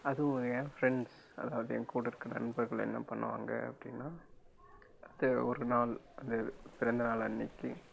அதுவும் என் ஃப்ரெண்ட்ஸ் அதாவது என்கூட இருக்கிற நண்பர்கள் என்ன பண்ணுவாங்க அப்படின்னா அந்த ஒரு நாள் அந்த பிறந்தநாள் அன்றைக்கு